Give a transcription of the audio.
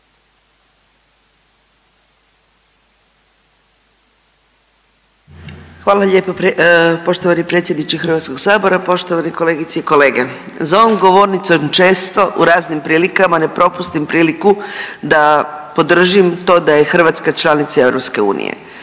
Hvala lijepo. Poštovani predsjedniče HS-a, poštovane kolegice i kolege. Za ovom govornicom često u raznim prilika ne propustim priliku da podržim to da je Hrvatska članica EU,